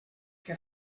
que